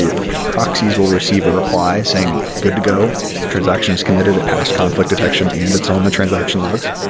the the proxies will receive a reply saying, good to go. transaction is committed. it passed conflict detection and it's on the transaction logs,